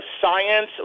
science